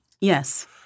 Yes